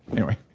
anyway.